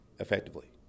Effectively